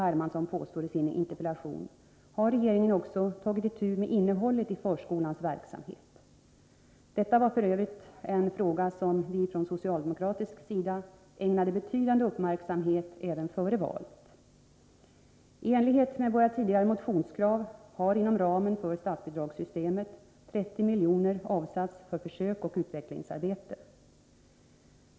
Hermansson påstår i sin interpellation har regeringen också tagit itu med innehållet i förskolans verksamhet. Detta var f.ö. en fråga som vi från socialdemokratisk sida ägnade betydande uppmärksamhet även före valet. I enlighet med våra tidigare motionskrav har inom ramen för statsbidragssystemet 30 milj.kr. avsatts för försök och utvecklingsarbete.